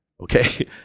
okay